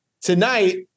tonight